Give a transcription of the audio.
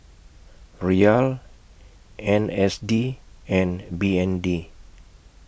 Riyal N S D and B N D